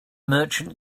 merchant